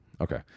okay